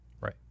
Right